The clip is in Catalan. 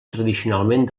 tradicionalment